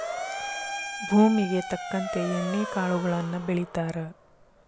ಭೂಮುಗೆ ತಕ್ಕಂತೆ ಎಣ್ಣಿ ಕಾಳುಗಳನ್ನಾ ಬೆಳಿತಾರ